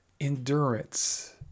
endurance